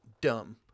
dumb